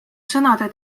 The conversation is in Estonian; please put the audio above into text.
sõnade